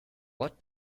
what